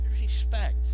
respect